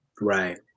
Right